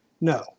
no